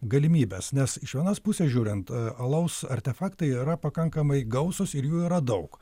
galimybes nes iš vienos pusės žiūrint alaus artefaktai yra pakankamai gausūs ir jų yra daug